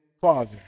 father